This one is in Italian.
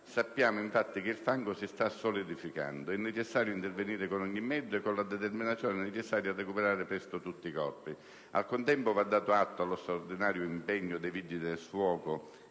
sappiamo infatti che il fango si sta solidificando - è necessario intervenire con ogni mezzo e con la determinazione necessaria a recuperare presto tutti i corpi. Al contempo va dato atto dello straordinario impegno dei Vigili del fuoco